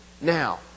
Now